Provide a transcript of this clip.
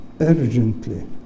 urgently